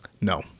No